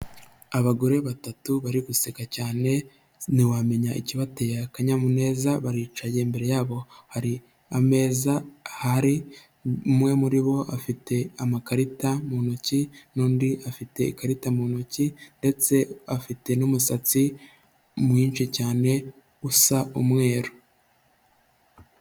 Abagore batatu bari guseka cyane, ntiwamenya ikibateye akanyamuneza, baricaye imbere yabo hari ameza ahari, umwe muri bo afite amakarita mu ntoki n'undi afite ikarita mu ntoki ndetse afite n'umusatsi mwinshi cyane usa umweru.